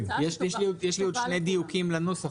יש לי עוד שני דיוקים לנוסח,